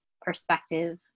perspective